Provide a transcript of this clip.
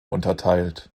unterteilt